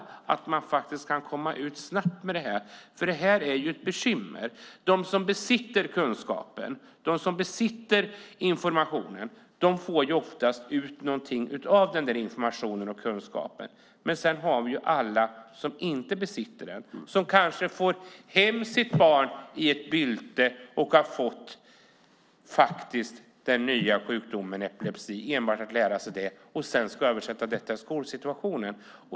Man måste kunna komma ut snabbt med information. Detta är ett bekymmer. De som besitter kunskapen och informationen får oftast ut någonting av den informationen och kunskapen. Men sedan har vi alla som inte besitter den. De kanske får hem sitt barn, som har fått sjukdomen epilepsi, i ett bylte. De måste lära sig detta och sedan omsätta det i skolsituationen.